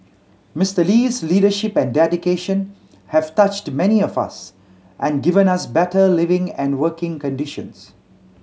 Mister Lee's leadership and dedication have touched many of us and given us better living and working conditions